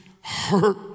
hurt